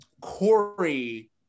Corey